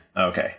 Okay